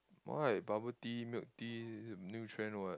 why bubble tea milk tea new trend [what]